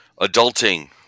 Adulting